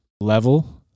level